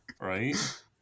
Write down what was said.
Right